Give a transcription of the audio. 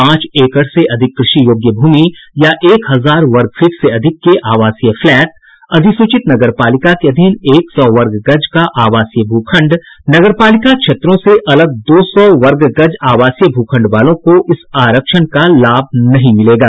पांच एकड़ से अधिक कृषि योग्य भूमि या एक हजार वर्गफीट से अधिक के आवासीय फ्लैट अधिसूचित नगरपालिका के अधीन एक सौ वर्ग गज का आवासीय भूखंड तथा नगरपालिका क्षेत्रों से अलग दो सौ वर्ग गज आवासीय भूखंड वालों को इस आरक्षण का लाभ नहीं मिलेगा